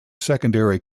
secondary